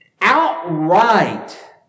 outright